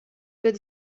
good